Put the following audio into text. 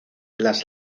las